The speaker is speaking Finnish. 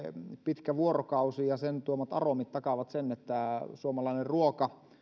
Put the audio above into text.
pitkä vuorokausi ja sen tuomat aromit takaavat sen että suomalainen ruoka